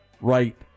right